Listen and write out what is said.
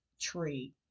tree